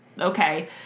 Okay